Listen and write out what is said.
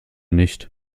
nicht